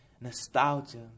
Nostalgia